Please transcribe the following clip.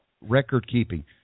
record-keeping